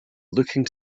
looking